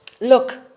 Look